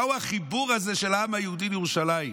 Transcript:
מהו החיבור הזה של העם היהודי לירושלים?